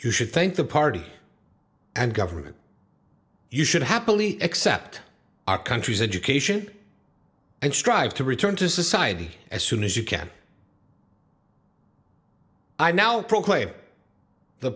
you should thank the party and government you should happily accept our country's education and strive to return to society as soon as you can i now proclaim the